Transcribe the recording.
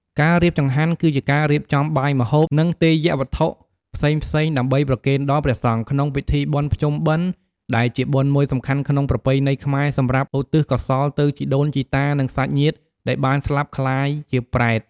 ការរៀបចង្ហាន់ គឺជាការរៀបចំបាយម្ហូប និងទេយ្យវត្ថុផ្សេងៗ ដើម្បីប្រគេនដល់ព្រះសង្ឃ ក្នុងពិធីបុណ្យភ្ជុំបិណ្ឌ ដែលជាបុណ្យមួយសំខាន់ក្នុងប្រពៃណីខ្មែរ សម្រាប់ឧទិសកោសលទៅជីដូន ជីតា និងសាច់ញាតិដែលបានស្លាប់ក្លាយជាប្រេត។